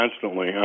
constantly